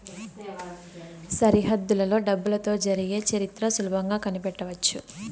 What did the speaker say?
సరిహద్దులలో డబ్బులతో జరిగే చరిత్ర సులభంగా కనిపెట్టవచ్చు